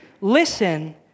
listen